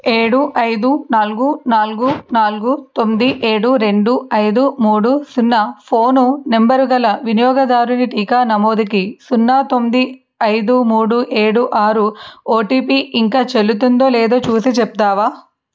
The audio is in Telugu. ఏడు ఐదు నాలుగు నాలుగు నాలుగు తొమ్మిది ఏడు రెండు ఐదు మూడు సున్నా ఫోన్ నంబర్గల వినియోగదారుని టీకా నమోదుకి సున్నా తొమ్మిది ఐదు మూడు ఏడు ఆరు ఓటీపీ ఇంకా చెల్లుతుందో లేదో చూసి చెప్తావా